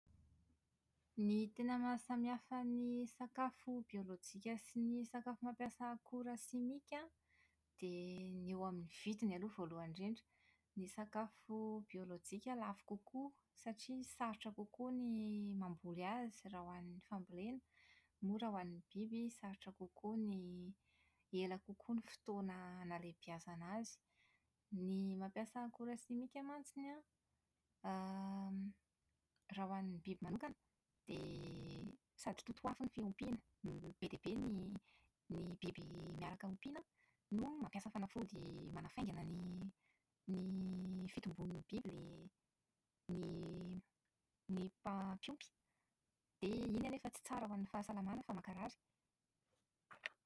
Ny tena mahasamihafa ny sakafo biolojika sy ny sakafo mampiasa akora simika an, dia ny eo amin'ny vidiny aloha voalohany indrindra. Ny sakafo biolojika lafo kokoa satria sarotra kokoa ny mamboly azy raha ho an'ny fambolena, moa raha ho an'ny biby sarotra kokoa ny ela kokoa ny fotoana nahalehibeazana azy. Ny mampiasa akora simika mantsiny an, raha ho an'ny biby manokana dia sady totoafo ny fiompina no be dia be ny ny biby miaraka ompiana, no mampiasa fanafody manafaingana ny ny fitomboan'ny biby ilay ny mpam- mpiompy, dia iny anefa tsy tsara ho an'ny fahasalamana fa mankarary.